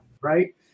right